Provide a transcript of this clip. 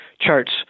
charts